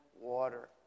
water